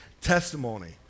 testimony